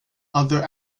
other